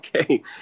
Okay